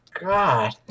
God